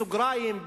בסוגריים,